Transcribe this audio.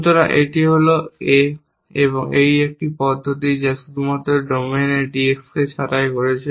সুতরাং এটি হল A এটি একটি পদ্ধতি যা শুধুমাত্র ডোমেন D X ছাঁটাই করছে